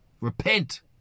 Repent